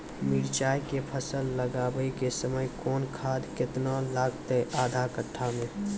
मिरचाय के फसल लगाबै के समय कौन खाद केतना लागतै आधा कट्ठा मे?